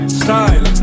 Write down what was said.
style